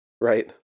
Right